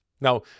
Now